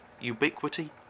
ubiquity